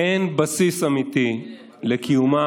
אין בסיס אמיתי לקיומה,